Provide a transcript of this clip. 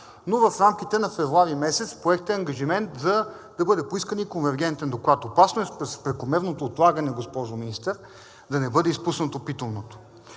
Но в рамките на месец февруари поехте ангажимент да бъде поискан и конвергентен доклад. Опасно е с прекомерното отлагане, госпожо Министър, да не бъде изпуснато питомното.